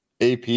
AP